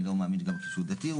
אני לא מאמין שהוא אדם דתי,